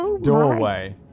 doorway